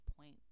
point